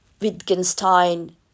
Wittgenstein